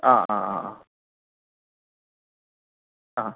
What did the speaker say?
ആ ആ ആ ആ ആ